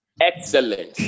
excellent